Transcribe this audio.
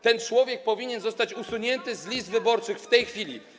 Ten człowiek powinien zostać usunięty z list wyborczych w tej chwili.